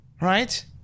right